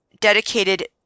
dedicated